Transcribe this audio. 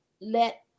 let